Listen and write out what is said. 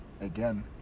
Again